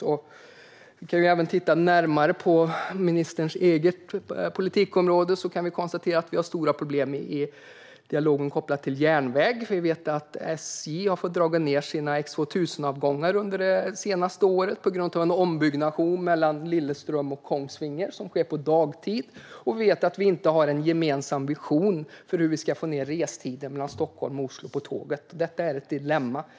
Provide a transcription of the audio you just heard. När det gäller ministerns eget politikområde finns det stora problem i dialogen kopplad till järnväg. Vi vet att SJ har fått dra ned på sina X2000avgångar under det senaste året på grund av en ombyggnation mellan Lilleström och Kongsvinger som sker på dagtid. Vi har inte någon gemensam vision för hur man ska få ned restiden med tåg mellan Stockholm och Oslo, och det är ett dilemma.